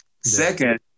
Second